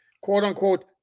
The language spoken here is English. quote-unquote